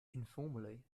informally